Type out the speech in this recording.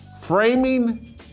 Framing